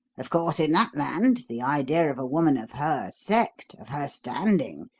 of course, in that land, the idea of a woman of her sect, of her standing,